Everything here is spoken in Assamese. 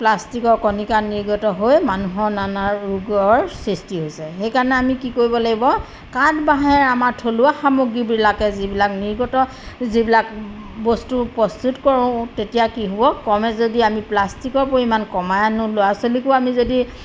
প্লাষ্টিকৰ কণিকা নিৰ্গত হৈ মানুহৰ নানা ৰোগৰ সৃষ্টি হৈছে সেইকাৰণে আমি কি কৰিব লাগিব কাঠ বাঁহেৰে আমাৰ থলুৱা সামগ্ৰীবিলাকে যিবিলাক নিৰ্গত যিবিলাক বস্তু প্ৰস্তুত কৰোঁ তেতিয়া কি হ'ব কমে যদি আমি প্লাষ্টিকৰ পৰিমাণ কমাই আনো ল'ৰা ছোৱালীকো আমি যদি